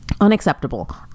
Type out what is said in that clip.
Unacceptable